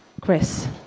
Chris